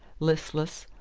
listless,